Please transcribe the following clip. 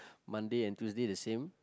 Monday and Tuesday the same